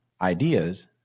ideas